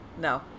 no